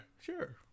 sure